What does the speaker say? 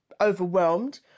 overwhelmed